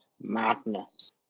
Madness